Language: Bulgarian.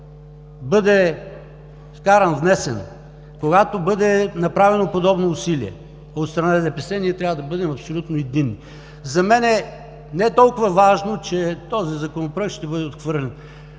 когато бъде внесено, когато бъде направено подобно усилие от страна на ДПС, ние трябва да бъдем абсолютно единни. За мен е не толкова важно, че този Законопроект ще бъде отхвърлен.